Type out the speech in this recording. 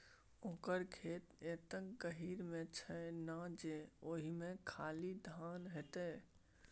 ओकर खेत एतेक गहीर मे छै ना जे ओहिमे खाली धाने हेतै